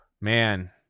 man